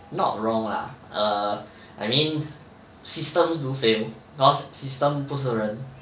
not wrong lah err I mean systems do fail because systems 不是人